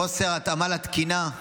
חוסר התאמה לתקינה,